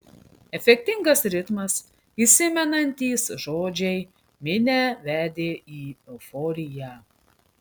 efektingas ritmas įsimenantys žodžiai minią vedė į euforiją